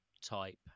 type